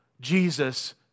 Jesus